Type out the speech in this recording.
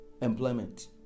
employment